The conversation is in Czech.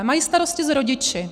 Mají starosti s rodiči.